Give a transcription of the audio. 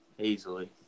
Easily